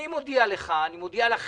אני מודיע לך, אני מודיע לכם: